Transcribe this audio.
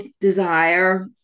desire